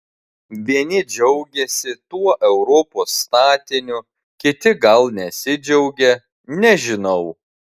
vieni džiaugiasi tuo europos statiniu kiti gal nesidžiaugia nežinau